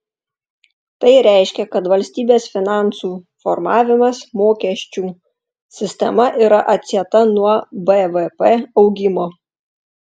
tai reiškia kad valstybės finansų formavimas mokesčių sistema yra atsieta nuo bvp augimo